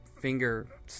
finger